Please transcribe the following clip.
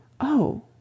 Oh